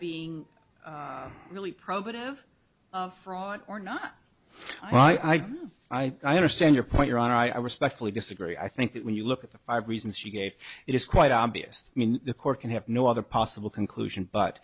being really probative of fraud or not i don't i think i understand your point your honor i respectfully disagree i think that when you look at the five reasons she gave it is quite obvious in the court can have no other possible conclusion but